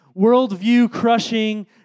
worldview-crushing